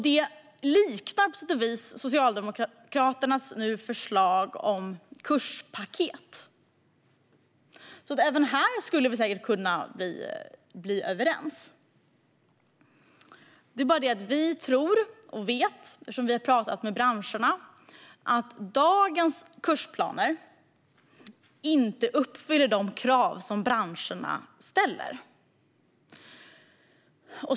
Detta liknar på sätt och vis Socialdemokraternas förslag om kurspaket. Även här skulle vi säkert kunna bli överens. Det är bara det att vi tror och vet, eftersom vi har pratat med branscherna, att dagens kursplaner inte uppfyller de krav som branscherna ställer.